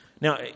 Now